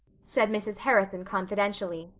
said mrs. harrison confidentially,